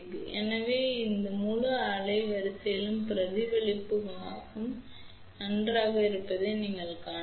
எனவே இந்த முழு அலைவரிசையிலும் பிரதிபலிப்பு குணகம் நன்றாக இருப்பதை நீங்கள் காணலாம்